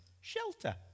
shelter